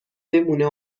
بمونه